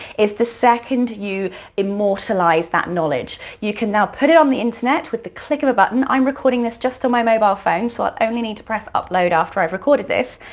is the second you immortalize that knowledge, you can now put it on the internet with the click of a button. i'm recording this just on my mobile phone, so i only need to press upload after i've recorded this.